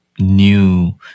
new